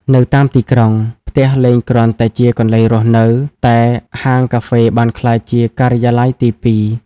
នៅតាមទីក្រុង ផ្ទះលែងគ្រាន់តែជាកន្លែងរស់នៅ តែហាងកាហ្វេបានក្លាយជា "ការិយាល័យទី២"។